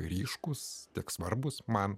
ryškūs tiek svarbus man